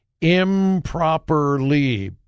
improperly